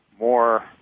more